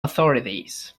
authorities